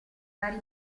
vari